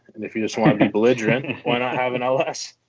and if you just want to be belligerent, why not have an ls?